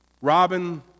Robin